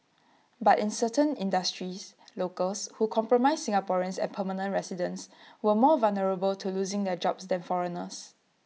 but in certain industries locals who comprise Singaporeans and permanent residents were more vulnerable to losing their jobs than foreigners